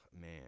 man